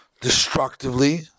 destructively